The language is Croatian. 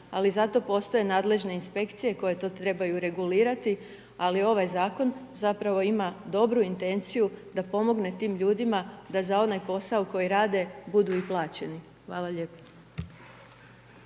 Ali zato postoje nadležne inspekcije koje to trebaju regulirati, ali ovaj Zakon zapravo ima dobru intenciju da pomogne tim ljudima da za onaj posao koji rade, budu i plaćeni. Hvala lijepo.